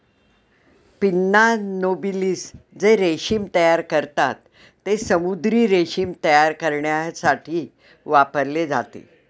pinna nobilis जे रेशीम तयार करतात, ते समुद्री रेशीम तयार करण्यासाठी वापरले जाते